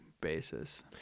basis